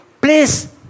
please